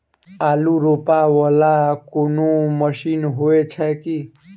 आलु रोपा वला कोनो मशीन हो छैय की?